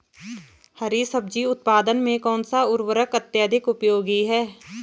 हरी सब्जी उत्पादन में कौन सा उर्वरक अत्यधिक उपयोगी है?